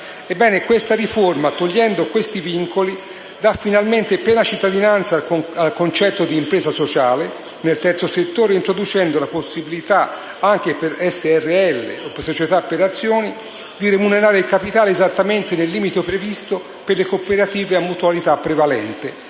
questa riforma, togliendo tali vincoli, dà finalmente piena cittadinanza al concetto di impresa sociale nel terzo settore, introducendo la possibilità anche per le società a responsabilità limitata o società per azioni di remunerare il capitale esattamente nel limite previsto per le cooperative a mutualità prevalente,